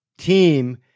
team